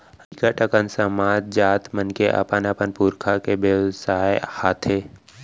बिकट अकन समाज, जात मन के अपन अपन पुरखा के बेवसाय हाथे